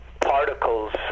particles